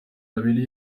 abiri